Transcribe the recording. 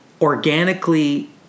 organically